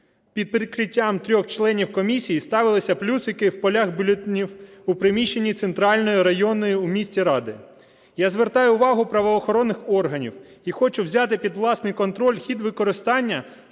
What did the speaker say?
під прикриттям трьох членів комісії ставилися плюсики в полях бюлетенів у приміщенні центральної районної у місті ради. Я звертаю увагу правоохоронних органів і хочу взяти під власний контроль хід використання